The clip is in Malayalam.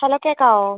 ഹലോ കേൾക്കാവോ